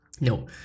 No